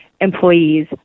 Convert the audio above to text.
employees